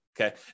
okay